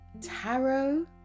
tarot